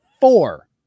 four